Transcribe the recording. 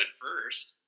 first